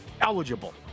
eligible